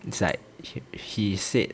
inside h~ he said